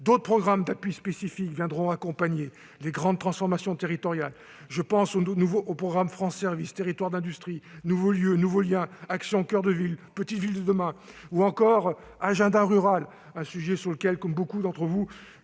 D'autres programmes spécifiques viendront accompagner les grandes transformations territoriales. Je pense aux programmes « France Services »,« Territoires d'industrie »,« Nouveaux lieux, nouveaux liens »,« Action coeur de ville »,« Petites villes de demain », ou encore à l'« agenda rural », un sujet auquel je suis, comme beaucoup d'entre vous,